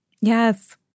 Yes